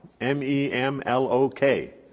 M-E-M-L-O-K